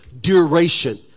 duration